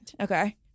Okay